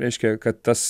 reiškia kad tas